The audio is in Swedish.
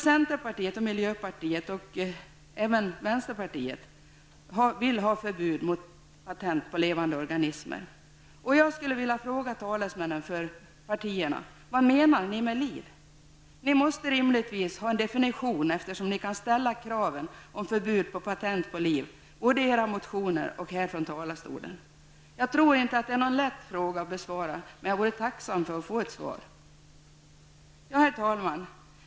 Centerpartiet, miljöpartiet och även vänsterpartiet vill ha förbud mot patent på levande organismer. Vad menar ni med liv? Ni måste rimligtvis ha en definition, eftersom ni kan ställa kraven om förbud mot patent på liv, både i era motioner och från talarstolen. Jag tror inte att det är någon lätt fråga, men jag vore tacksam för ett svar. Herr talman!